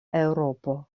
eŭropo